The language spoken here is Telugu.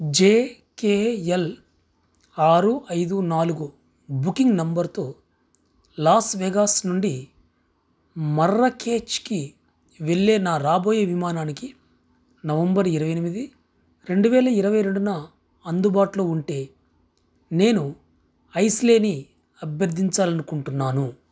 జె కే ఎల్ ఆరు ఐదు నాలుగు బుకింగ్ నంబర్తో లాస్ వేగాస్ నుండి మర్రకేచ్కి వెళ్ళే నా రాబోయే విమానానికి నవంబర్ ఇరవై ఎనిమిది రెండు వేల ఇరవై రెండున అందుబాటులో ఉంటే నేను అయిస్లేని అభ్యర్థించాలనుకుంటున్నాను